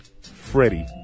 Freddie